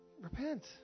Repent